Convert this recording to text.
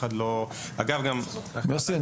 יוסי,